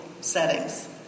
settings